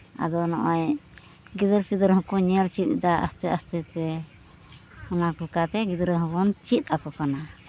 ᱟᱫᱚ ᱱᱚᱜᱼᱚᱸᱭ ᱜᱤᱫᱟᱹᱨᱼᱯᱤᱫᱟᱹᱨ ᱦᱚᱸᱠᱚ ᱧᱮᱞ ᱪᱮᱫ ᱮᱫᱟ ᱟᱥᱛᱮ ᱟᱥᱛᱮ ᱛᱮ ᱚᱱᱟ ᱠᱚ ᱠᱟᱛᱮ ᱜᱤᱫᱽᱨᱟᱹ ᱦᱚᱸᱵᱚᱱ ᱪᱮᱫ ᱟᱠᱚ ᱠᱟᱱᱟ